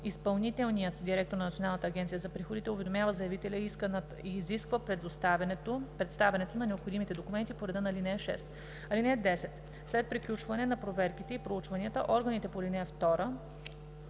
изпълнителният директор на Националната агенция за приходите уведомява заявителя и изисква представянето на необходимите документи по реда на ал. 6. (10) След приключване на проверките и проучванията органите по ал. 2